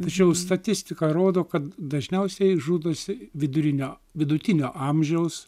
tačiau statistika rodo kad dažniausiai žudosi vidurinio vidutinio amžiaus